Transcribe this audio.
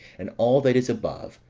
and all that is above,